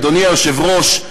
אדוני היושב-ראש,